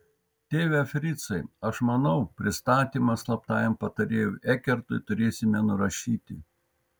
tėve fricai aš manau pristatymą slaptajam patarėjui ekertui turėsime nurašyti